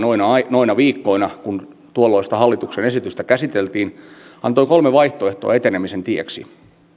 noina viikkoina kun tuolloista hallituksen esitystä käsiteltiin antoi kolme vaihtoehtoa etenemisen tieksi